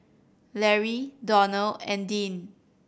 Larry Donell and Dean